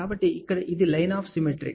కాబట్టి ఇక్కడ ఇది లైన్ ఆఫ్ సిమెట్రీ